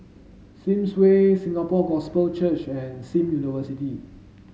Sims Way Singapore Gospel Church and Sim University